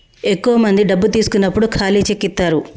ఎక్కువ మంది డబ్బు తీసుకున్నప్పుడు ఖాళీ చెక్ ఇత్తారు